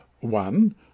One